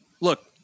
look